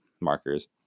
markers